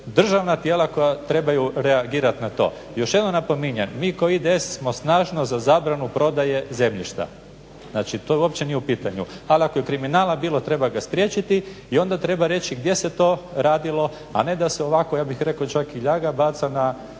državna tijela koja trebaju reagirati na to. Još jednom napominje, mi kao IDS smo snažno za zabranu prodaje zemljišta. Znači to uopće nije u pitanju, ali ako je kriminala bilo treba ga spriječiti i onda treba reći gdje se to radilo, a ne da se ovako ja bih rekao čak i ljaga baca na